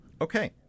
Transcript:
Okay